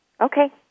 Okay